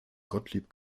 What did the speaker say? gottlieb